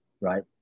right